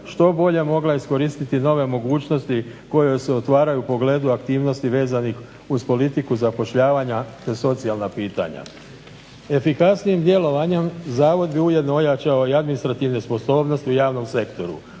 što bolje mogla iskoristiti nove mogućnosti koje joj se otvaraju u pogledu aktivnosti vezanih uz politiku zapošljavanja, te socijalna pitanja. Efikasnijim djelovanjem zavod bi ujedno ojačao i administrativne sposobnosti u javnom sektoru,